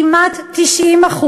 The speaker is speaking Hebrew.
כמעט 90%,